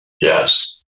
Yes